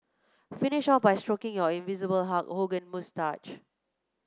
finish off by stroking your invisible Hulk Hogan moustache